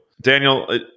Daniel